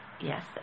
Yes